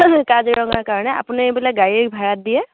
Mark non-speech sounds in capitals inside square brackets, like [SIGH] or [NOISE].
[UNINTELLIGIBLE] কাজিৰঙাৰ কাৰণে আপুনি বোলে গাড়ী ভাড়াত দিয়ে